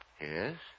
Yes